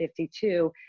52